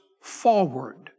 forward